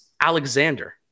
Alexander